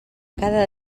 cada